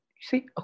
See